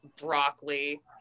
Broccoli